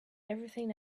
everything